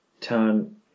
turn